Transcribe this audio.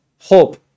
hope